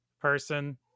person